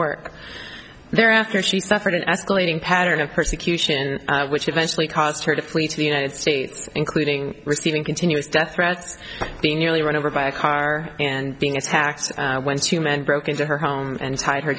work there after she suffered an escalating pattern of persecution which eventually caused her to flee to the united states including receiving continuous death threats being nearly run over by a car and being attacked when two men broke into her home and tied her